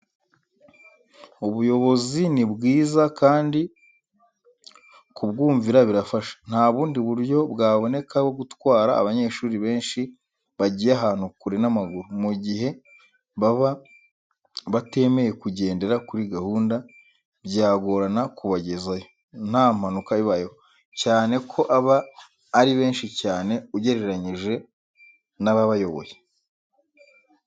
Ubuyobozi ni bwiza kandi kubwumvira birafasha; nta bundi buryo bwaboneka bwo gutwara abanyeshuri benshi, bagiye ahantu kure n'amaguru, mu gihe baba batemeye kugendera kuri gahunda, byagorana kubagezayo nta mpanuka ibayeho, cyane ko aba ari benshi cyane, ugereranyije n'ababayoboye.